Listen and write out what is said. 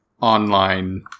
online